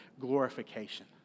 glorification